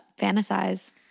Fantasize